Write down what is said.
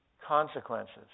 consequences